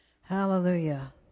Hallelujah